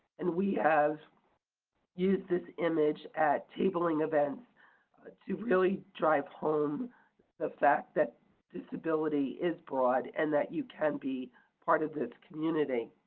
and we have used this image at tabling events to really drive home the fact that disability is broad and that you can be part of this community.